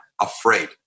afraid